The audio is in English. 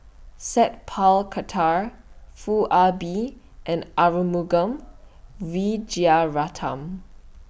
Sat Pal Khattar Foo Ah Bee and Arumugam Vijiaratnam